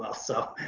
ah so,